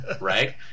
right